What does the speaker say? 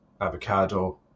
Avocado